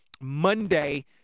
Monday